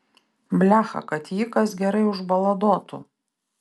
blecha kad jį kas gerai užbaladotų